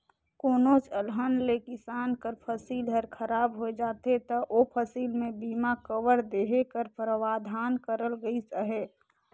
कोनोच अलहन ले किसान कर फसिल हर खराब होए जाथे ता ओ फसिल में बीमा कवर देहे कर परावधान करल गइस अहे